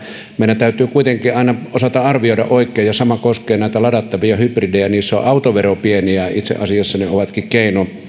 meidän täytyy kuitenkin aina osata arvioida oikein ja sama koskee näitä ladattavia hybridejä niissä on autovero pieni ja ja itse asiassa ne ovatkin keino